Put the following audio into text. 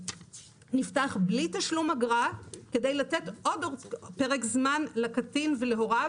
נפתח בלי תשלום אגרה כדי לתת עוד פרק זמן לקטין ולהוריו.